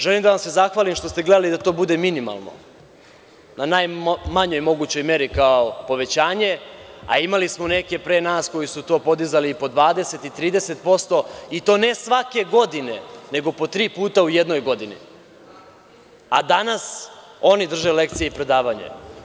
Želim da vam se zahvalim što ste gledali da to bude minimalno, na najmanjoj mogućoj meri kao povećanje, a imali smo neke pre nas koji su to podizali i po 20 i 30% i to ne svake godine, nego po tri puta u jednoj godini, a danas oni drže lekcije i predavanje.